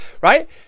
right